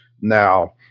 Now